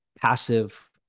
passive